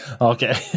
okay